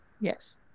Yes